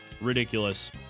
Ridiculous